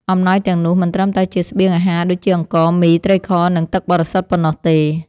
អំណោយទាំងនោះមិនត្រឹមតែជាស្បៀងអាហារដូចជាអង្ករ មី ត្រីខ និងទឹកបរិសុទ្ធប៉ុណ្ណោះទេ។